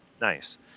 Nice